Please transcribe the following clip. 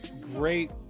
great